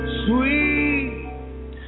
sweet